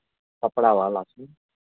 कपड़ा वाला शूज